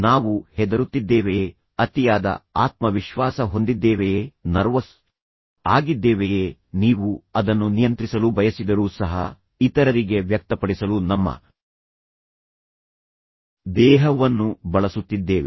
ನಾವು ಹೆದರುತ್ತಿದ್ದೇವೆಯೇ ಅತಿಯಾದ ಆತ್ಮವಿಶ್ವಾಸ ಹೊಂದಿದ್ದೇವೆಯೇ ನರ್ವಸ್ ಆಗಿದ್ದೇವೆಯೇ ನೀವು ಅದನ್ನು ನಿಯಂತ್ರಿಸಲು ಬಯಸಿದರೂ ಸಹ ಇತರರಿಗೆ ವ್ಯಕ್ತಪಡಿಸಲು ನಮ್ಮ ದೇಹವನ್ನು ಬಳಸುತ್ತಿದ್ದೇವೆ